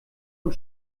und